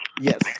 Yes